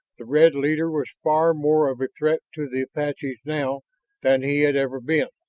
the red leader was far more of a threat to the apaches now than he had ever been.